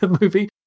movie